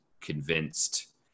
convinced